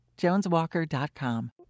JonesWalker.com